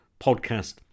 podcast